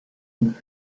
und